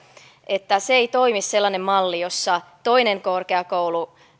sellainen malli ei toimi jossa toinen korkeakoulu